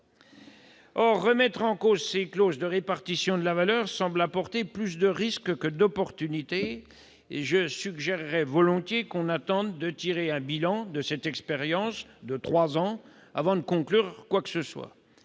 Or la remise en cause des clauses de répartition de la valeur semble entraîner plus de risques que d'opportunités. Je suggère que l'on attende de tirer un bilan de cette expérience de trois ans avant de conclure quoi que ce soit.